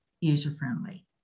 user-friendly